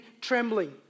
trembling